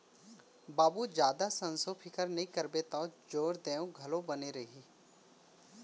बाबू जादा संसो फिकर नइ करबे तौ जोर देंव घलौ बने रही